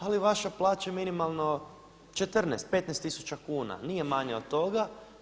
Ali vaša plaća je minimalno 14, 15 tisuća kuna, nije manja od toga.